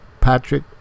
Patrick